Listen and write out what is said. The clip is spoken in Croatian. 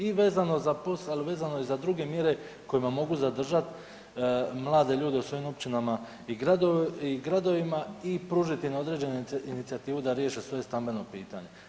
I vezano za POS, ali vezano i za druge mjere kojima mogu zadržati mlade ljude u svojim općinama i gradovima i pružiti im određenu inicijativu da riješe svoje stambeno pitanje.